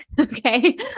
Okay